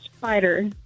Spider